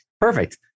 Perfect